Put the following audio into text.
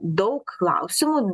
daug klausimų